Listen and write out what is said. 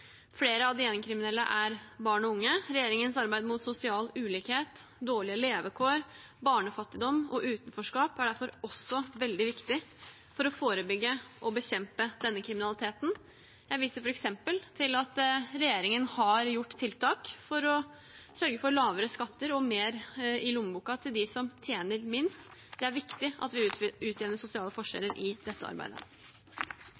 Flere av de gjengkriminelle er barn og unge. Regjeringens arbeid mot sosial ulikhet, dårlige levekår, barnefattigdom og utenforskap er derfor også veldig viktig for å forebygge og bekjempe denne kriminaliteten. Jeg viser f.eks. til at regjeringen har gjort tiltak for å sørge for lavere skatter og mer i lommeboken til dem som tjener minst. Det er viktig at vi utjevner sosiale